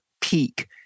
peak